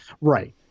right